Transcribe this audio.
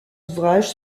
ouvrages